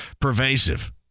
pervasive